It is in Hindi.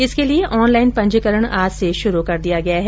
इसके लिये ऑनलाईन पंजीकरण आज से शुरू कर दिया गया है